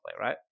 right